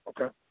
Okay